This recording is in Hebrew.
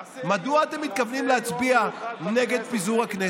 מדוע אתם מתכוונים להצביע נגד פיזור הכנסת?